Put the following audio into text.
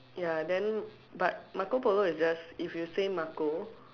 ya then but Marco polo is just if you say Marco